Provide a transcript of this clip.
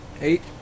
Eight